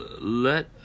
let